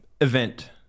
Event